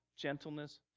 gentleness